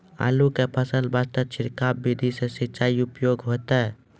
आलू के फसल वास्ते छिड़काव विधि से सिंचाई उपयोगी होइतै?